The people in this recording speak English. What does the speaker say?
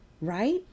Right